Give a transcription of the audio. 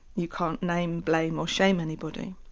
you can't name, blame or shame anybody.